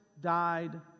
died